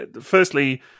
firstly